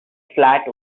flat